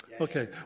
Okay